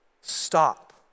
Stop